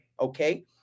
okay